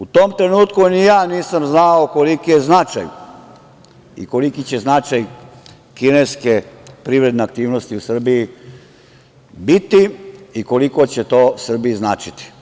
U tom trenutku ni ja nisam znao koliki je značaj i koliki će značaj kineske privredne aktivnosti u Srbiji biti i koliko će to Srbiji značiti.